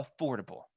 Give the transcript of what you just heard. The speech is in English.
Affordable